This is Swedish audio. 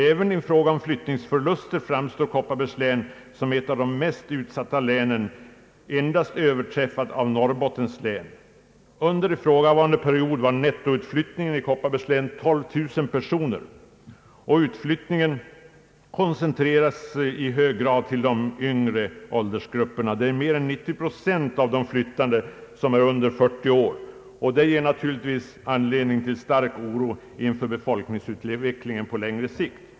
Även i fråga om flyttningsförluster framstår Kopparbergs län som ett av de mest utsatta länen, endast överträffat av Norrbottens län. Under ifrågavarande period var nettoutflyttningen i Kopparbergs län 12 000 personer. Utflyttningen koncentreras i hög grad till de yngre åldersgrupperna. Mer än 90 procent av de flyttande är under 40 år, och detta ger naturligtvis anledning till stark oro inför befolkningsutvecklingen på längre sikt.